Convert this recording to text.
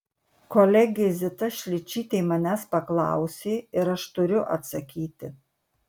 kolegė zita šličytė manęs paklausė ir aš turiu atsakyti